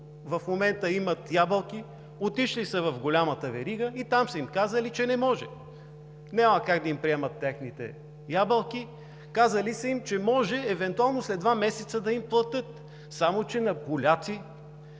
в момента имат ябълки. Отишли са в голямата верига и там са им казали, че не може, няма как да им приемат техните ябълки. Казали са им, че може евентуално след два месеца да им платят, само че на поляци